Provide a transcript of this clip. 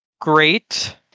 great